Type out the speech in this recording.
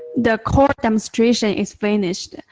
the call demonstration is finished.